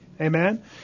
Amen